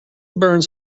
burns